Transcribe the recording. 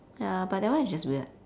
ya but that one is just weird